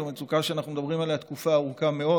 זו מצוקה שאנחנו מדברים עליה תקופה ארוכה מאוד,